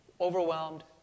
Overwhelmed